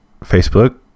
Facebook